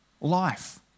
Life